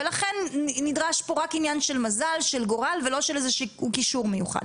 ולכן נדרש פה רק עניין של מזל וגורל ולא של איזשהו כישור מיוחד.